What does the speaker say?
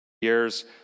years